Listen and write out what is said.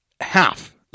half